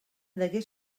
degué